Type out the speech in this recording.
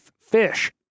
fish